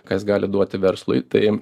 ką jis gali duoti verslui tai